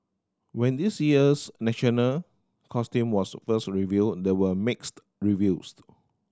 when this year's national costume was first revealed and there were mixed reviews